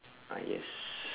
ah yes